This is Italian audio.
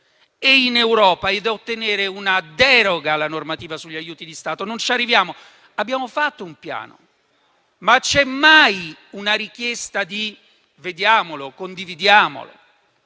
e in Europa e ottenere una deroga alla normativa sugli aiuti di Stato, non ci arriviamo. Abbiamo fatto un piano, ma c'è mai una richiesta di vederlo e condividerlo?